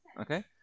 Okay